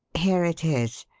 here it is.